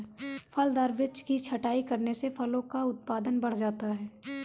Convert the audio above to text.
फलदार वृक्ष की छटाई करने से फलों का उत्पादन बढ़ जाता है